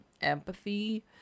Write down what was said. empathy